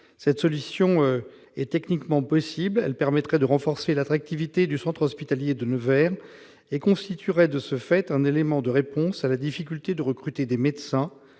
Cette solution techniquement possible permettrait de renforcer l'attractivité du centre hospitalier de Nevers et constituerait de ce fait un élément de réponse à la difficulté de recruter des médecins.